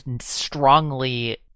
strongly